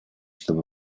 чтобы